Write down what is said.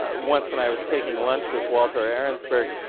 ah once when i was taking lunch with walter arensberg,